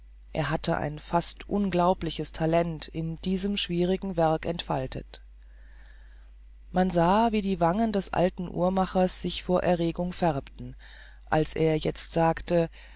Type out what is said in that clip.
er hatte ein fast unglaubliches talent in diesem schwierigen werk entfaltet man sah wie die wangen des alten uhrmachers sich vor erregung färbten als er jetzt sagte